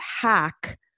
hack